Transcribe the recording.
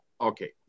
okay